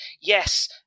Yes